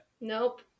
Nope